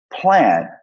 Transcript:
plan